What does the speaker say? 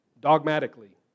dogmatically